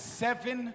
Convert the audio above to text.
seven